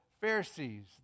Pharisees